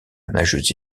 nageuse